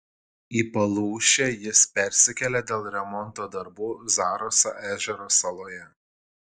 į palūšę jis persikėlė dėl remonto darbų zaraso ežero saloje